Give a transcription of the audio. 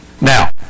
Now